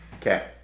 Okay